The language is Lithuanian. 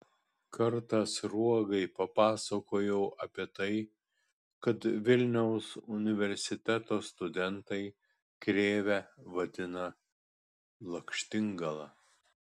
kartą sruogai papasakojau apie tai kad vilniaus universiteto studentai krėvę vadina lakštingala